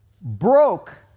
broke